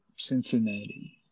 Cincinnati